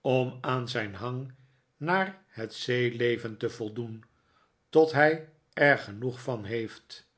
om aan zijn hang naar het zeeleven te voldoen tot hij er genoeg van heeft